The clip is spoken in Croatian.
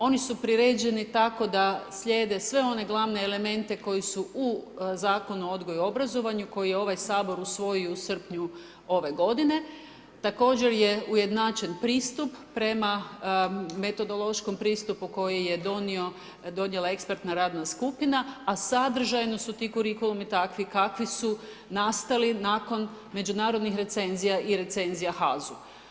Oni su priređeni tako da slijede sve one gl. elemente koji su u zakonu o odgoju i obrazovanju koji je ovaj Sabor usvojio u srpnju ove g. također je ujednačen pristup prema, metodološki pristup koji je donijela ekspertna radna skupina, a sadržajno su ti kurikulumi takvi kakvi su nastali nakon međunarodnih recenzija i recenzija HAZU.